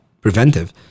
preventive